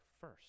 first